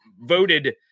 voted